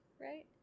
right